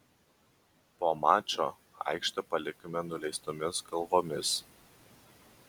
po mačo aikštę palikome nuleistomis galvomis